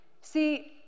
See